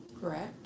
Correct